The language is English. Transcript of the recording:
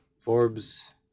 Forbes